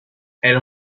elle